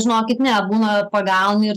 žinokit ne būna pagauni